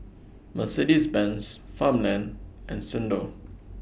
Mercedes Benz Farmland and Xndo